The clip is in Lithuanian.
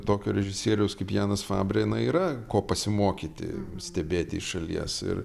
tokio režisieriaus kaip janas fabre na yra ko pasimokyti stebėti iš šalies ir